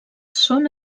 són